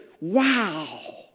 wow